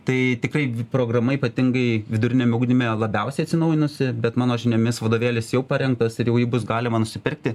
tai tikrai programa ypatingai viduriniame ugdyme labiausiai atsinaujinusi bet mano žiniomis vadovėlis jau parengtas ir jau jį bus galima nusipirkti